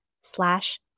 slash